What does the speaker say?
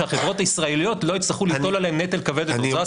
שהחברות הישראליות לא יצטרכו ליטול עליהן נטל כבד יותר,